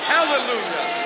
Hallelujah